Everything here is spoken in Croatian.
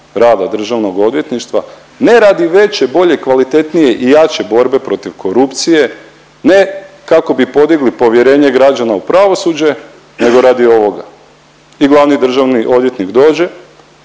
rada državnog odvjetništva, ne radi veće, bolje, kvalitetnije i jače borbe protiv korupcije, ne kako bi podigli povjerenje građana u pravosuđe nego radi ovoga i glavni državni odvjetnik dođe,